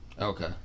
Okay